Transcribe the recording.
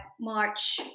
March